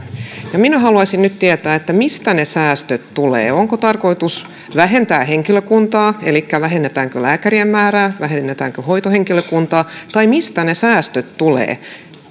ja minä haluaisin nyt tietää mistä ne säästöt tulevat onko tarkoitus vähentää henkilökuntaa elikkä vähennetäänkö lääkärien määrää vähennetäänkö hoitohenkilökuntaa vai mistä ne säästöt tulevat